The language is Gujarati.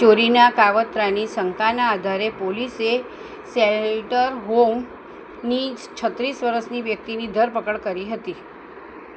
ચોરીના કાવતરાની શંકાના આધારે પોલીસે સેલ્ટનહોમની છત્રીસ વર્ષની વ્યક્તિની ધરપકડ કરી હતી